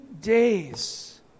days